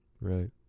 Right